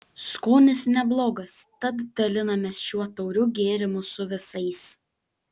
skonis neblogas tad dalinamės šiuo tauriu gėrimu su visais